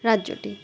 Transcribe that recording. রাজ্যটি